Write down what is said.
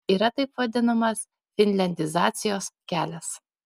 yra taip vadinamas finliandizacijos kelias